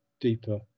deeper